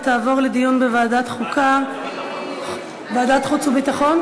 לדיון מוקדם בוועדה שתקבע ועדת הכנסת נתקבלה.